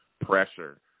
pressure